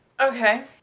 Okay